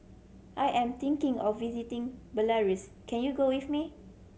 I am thinking of visiting Belarus can you go with me